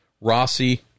Rossi